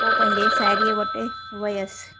पोइ पंहिंजे साहेड़ीअ वटि वियसि